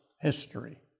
history